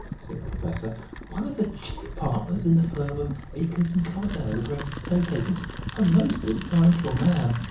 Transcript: said the professor one of the chief partners in the firm of akers and coverdale, the great estate agents a most influential man,